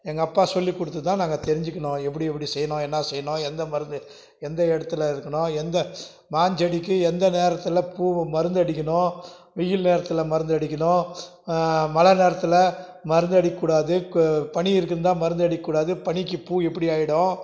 எங்கள் அப்பா சொல்லிக் கொடுத்து தான் நாங்கள் தெரிஞ்சுக்கினோம் எப்படி எப்படி செய்யணும் என்ன செய்யணும் எந்த மருந்து எந்த இடத்துல இருக்கணும் எந்த மாஞ்செடிக்கு எந்த நேரத்தில் பூவு மருந்து அடிக்கணும் வெயில் நேரத்தில் மருந்து அடிக்கணும் மழை நேரத்தில் மருந்து அடிக்கக் கூடாது கு பனி இருந்தால் மருந்து அடிக்கக் கூடாது பனிக்கு பூ இப்படி ஆயிடும்